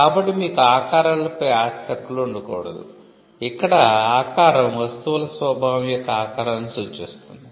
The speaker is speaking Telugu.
కాబట్టి మీకు ఆకారాలపై ఆస్తి హక్కులు ఉండకూడదు ఇక్కడ ఆకారం వస్తువుల స్వభావం యొక్క ఆకారాన్ని సూచిస్తుంది